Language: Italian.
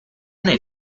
nel